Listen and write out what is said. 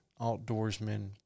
outdoorsmen